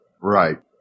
Right